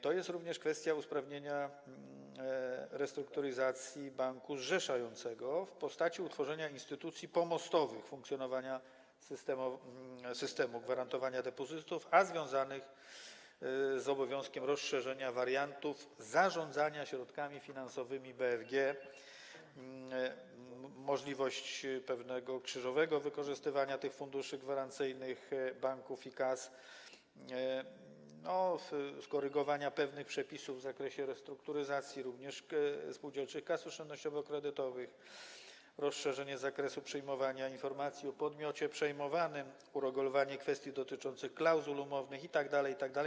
To jest również kwestia usprawnienia restrukturyzacji banku zrzeszającego w postaci możliwości utworzenia instytucji pomostowych, funkcjonowania systemu gwarantowania depozytów, związana z obowiązkiem rozszerzenia wariantów zarządzania środkami finansowymi BFG, możliwości pewnego krzyżowego wykorzystywania tych funduszy gwarancyjnych banków i kas, skorygowania pewnych przepisów w zakresie restrukturyzacji również spółdzielczych kas oszczędnościowo-kredytowych, rozszerzenia zakresu przyjmowania informacji o podmiocie przejmowanym, uregulowania spraw dotyczących klauzul umownych itd., itd.